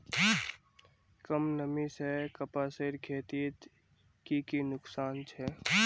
कम नमी से कपासेर खेतीत की की नुकसान छे?